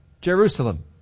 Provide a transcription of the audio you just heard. Jerusalem